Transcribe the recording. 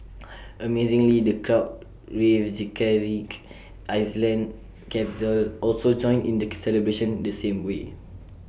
amazingly the crowd in Reykjavik Iceland's capital also joined in the celebration the same way